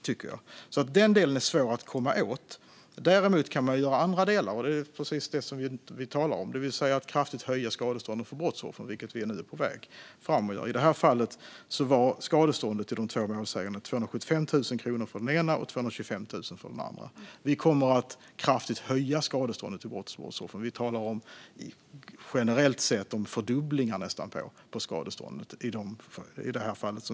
Detta är alltså svårt att komma åt, men man kan göra annat, till exempel höja skadestånden till brottsoffer kraftigt, vilket är på gång. I det aktuella fallet var skadestånden till de två målsägande 275 000 respektive 225 000 kronor. I vårt förslag till riksdagen senare i vår höjer vi skadestånden till brottsoffer kraftigt; vi talar generellt sett om nära nog fördubblingar.